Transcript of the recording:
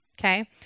Okay